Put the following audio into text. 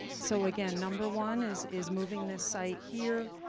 so again, number one is is moving this site here.